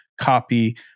copy